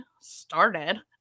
started